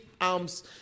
alms